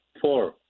Four